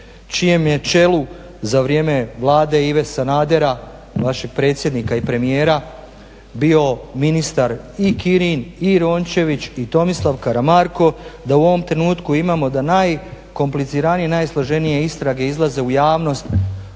čijem je čelu za vrijeme Vlade Ive Sanadera, vašeg predsjednika i premijera bio ministar i Kirin i Rončević i Tomislav Karamarko, da u ovom trenutku imamo da najkompliciraniji, najsloženije istrage izlaze u javnost